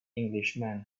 englishman